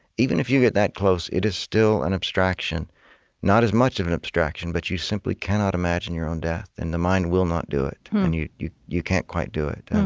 even if you get that close, it is still an abstraction not as much of an abstraction, but you simply cannot imagine your own death, and the mind will not do it. and you you can't quite do it